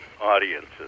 audiences